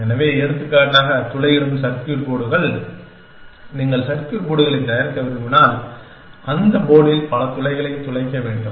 எனவே எடுத்துக்காட்டாக துளையிடும் சர்க்யூட் போர்டுகள் நீங்கள் சர்க்யூட் போர்டுகளை தயாரிக்க விரும்பினால் அந்த போர்டில் பல துளைகளை துளைக்க வேண்டும்